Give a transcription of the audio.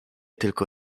tylko